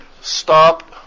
Stop